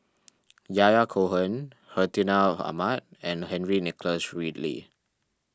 Yahya Cohen Hartinah Ahmad and Henry Nicholas Ridley